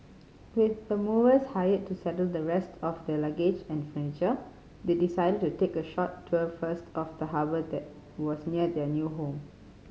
with the movers hired to settle the rest of their luggage and furniture they decided to take a short tour first of the harbour that was near their new home